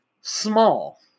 small